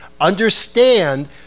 Understand